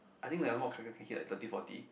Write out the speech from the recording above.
I think the number of character can hit like thirty forty